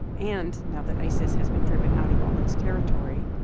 and now that isis has been driven out of all its territory,